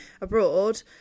abroad